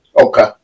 Okay